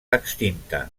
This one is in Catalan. extinta